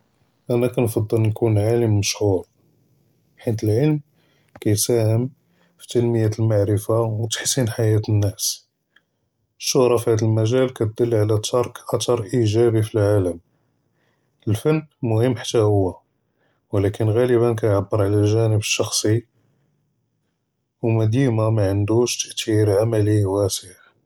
אנא כנפצל נكون עלם משחור חית אלעלם כיסאהם פי תנומית אלמערפה ותג׳ייר חיאת אלנאס פש׳רה, פהאד אלמג׳אל כדל עלא תרק את׳ר איג׳אבי פי אלעאלם, אלפן מוהם חתא הו ולקין ג׳אלבאן כיעבר עלא אלג׳אנב אלשחסי ודים מאענדוש ת׳ת׳יר עמעלי ואסע.